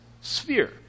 sphere